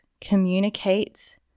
communicate